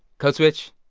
code switch.